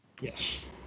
Yes